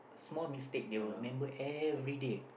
small mistake they will remember everyday